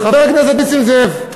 חבר הכנסת נסים זאב,